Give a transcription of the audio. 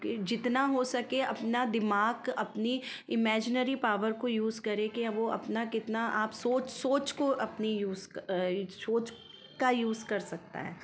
जितना हो सके अपना दिमाग अपनी इमैजनरी पावर को उसे करे के अब वह अपना कितना आप सोच सोच को अपनी यूज़ क सोच का यूज़ कर सकता है